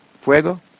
fuego